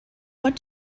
what